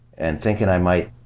and thinking i might,